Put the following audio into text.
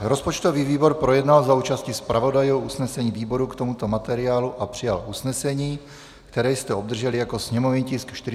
Rozpočtový výbor projednal za účasti zpravodajů usnesení výborů k tomuto materiálu a přijal usnesení, které jste obdrželi jako sněmovní tisk 472/3.